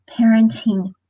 parenting